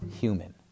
human